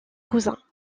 cousins